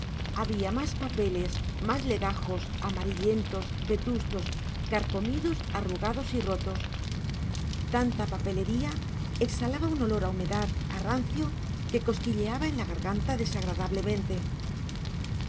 había más papeles más legajos amarillentos vetustos carcomidos arrugados y rotos tanta papelería exhalaba un olor a humedad a rancio que cosquilleaba en la garganta